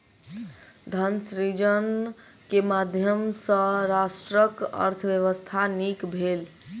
धन सृजन के माध्यम सॅ राष्ट्रक अर्थव्यवस्था नीक भेल